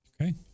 Okay